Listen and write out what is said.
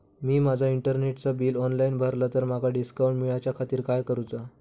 मी माजा इंटरनेटचा bill online भरला तर माका डिस्काउंट मिलाच्या खातीर काय करुचा?